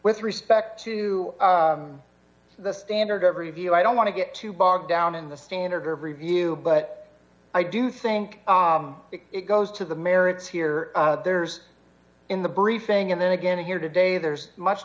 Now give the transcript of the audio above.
with respect to the standard of review i don't want to get too bogged down in the standard of review but i do think it goes to the merits here there's in the briefing and then again here today there's much